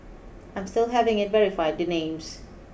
I'm still having it verified the names